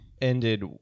ended